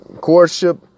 Courtship